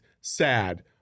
Sad